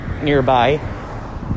nearby